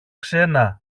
ξένα